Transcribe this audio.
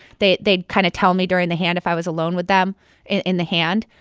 they'd they'd kind of tell me during the hand, if i was alone with them in in the hand,